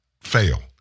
fail